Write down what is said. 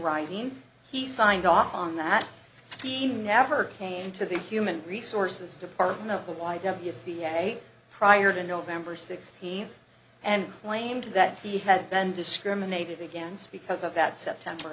writing he signed off on that he never came to the human resources department of the why don't you ca prior to november sixteenth and claimed that he had been discriminated against because of that september